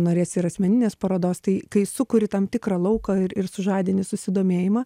norės ir asmeninės parodos tai kai sukuri tam tikrą lauką ir ir sužadini susidomėjimą